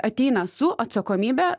ateina su atsakomybe